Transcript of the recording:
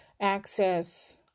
access